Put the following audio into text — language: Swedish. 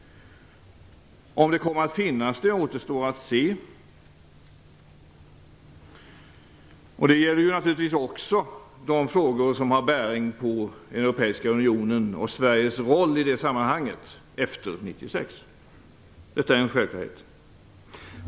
Om det kommer att finnas det återstår att se. Det gäller naturligtvis också de frågor som har bäring på den europeiska unionen och Sveriges roll i det sammanhanget efter 1996. Det är en självklarhet.